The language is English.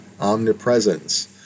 omnipresence